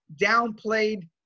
downplayed